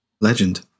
Legend